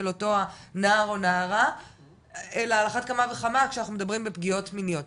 אותו הנער או נערה ועל אחת כמה וכמה שאנחנו מדברים בפגיעות מיניות,